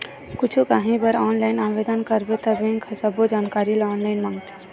कुछु काही बर ऑनलाईन आवेदन करबे त बेंक ह सब्बो जानकारी ल ऑनलाईन मांगथे